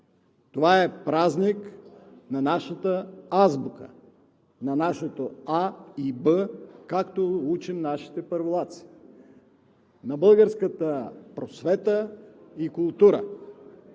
Това е празник на нашата азбука, на нашето „А“ и „Б“, както учим нашите първолаци, на българската просвета и култура,